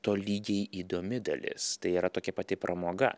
tolygiai įdomi dalis tai yra tokia pati pramoga